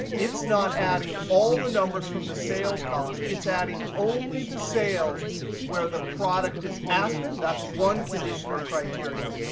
it's not adding all the numbers from the sales column. it's adding only the sales where the product is aspen. that's one condition or criteria.